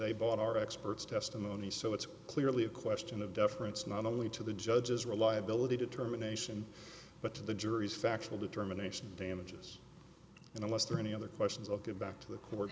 they bought our experts testimony so it's clearly a question of deference not only to the judge's reliability determination but to the jury's factual determination damages unless there are any other questions of get back to the court